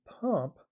pump